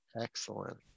Excellent